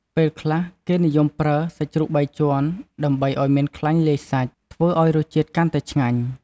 ពេលខ្លះគេនិយមប្រើសាច់ជ្រូកបីជាន់ ដើម្បីឱ្យមានខ្លាញ់លាយសាច់ ធ្វើឱ្យរសជាតិកាន់តែឆ្ងាញ់។